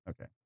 Okay